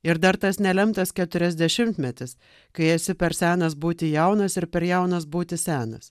ir dar tas nelemtas keturiasdešimtmetis kai esi per senas būti jaunas ir per jaunas būti senas